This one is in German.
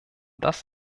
das